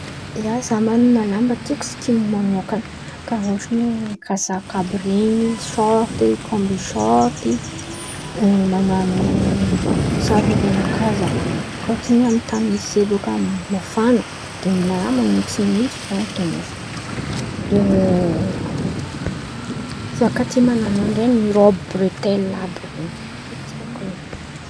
ia za man̈ana lamba tiako sikin̈iny manôkan̈a karàha ôhatra oe kazaka àby ren̈y, sôrty, kômby sôrty man̈ano salovan̈a kà za fôtiny amy tan̈y misy zahay bôka mafan̈a de mila raha man̈itsin̈itsy fo an-ten̈a de za kà tia man̈ano aniren̈y rôby bretely àby ren̈y, ren̈y tiako ren̈y.